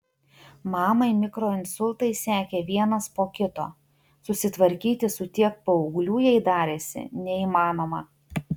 mamai mikroinsultai sekė vienas po kito susitvarkyti su tiek paauglių jai darėsi neįmanoma